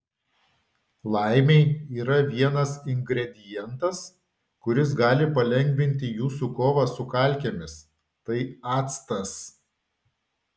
laimei yra vienas ingredientas kuris gali palengvinti jūsų kovą su kalkėmis tai actas